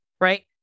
right